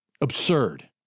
absurd